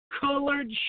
colored